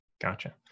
gotcha